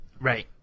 Right